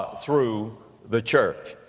through the church.